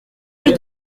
rue